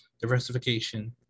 diversification